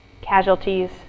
casualties